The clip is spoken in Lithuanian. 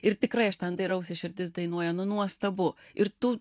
ir tikrai aš ten dairausi širdis dainuoja nu nuostabu ir tu